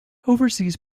oversees